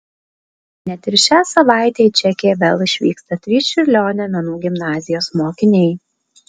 net ir šią savaitę į čekiją vėl išvyksta trys čiurlionio menų gimnazijos mokiniai